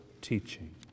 teaching